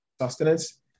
sustenance